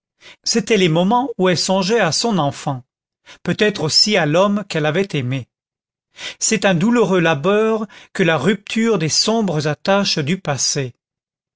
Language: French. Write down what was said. c'étaient les moments où elle songeait à son enfant peut-être aussi à l'homme qu'elle avait aimé c'est un douloureux labeur que la rupture des sombres attaches du passé